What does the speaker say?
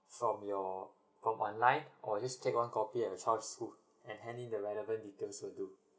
from your from online or just take one copy at your child's school and hand in the relevant details will do